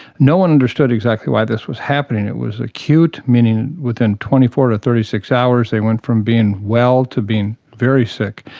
no one understood exactly why this was happening. it was acute, meaning within twenty four to thirty six hours they went from being well to being very sick.